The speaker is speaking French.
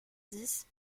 dix